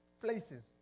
places